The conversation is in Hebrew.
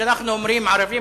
כשאנחנו אומרים "ערבים",